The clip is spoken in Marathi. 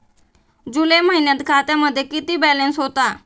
जुलै महिन्यात खात्यामध्ये किती बॅलन्स होता?